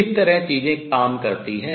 इस तरह चीजें काम करती हैं